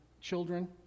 children